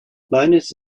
linus